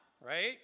right